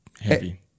heavy